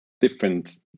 different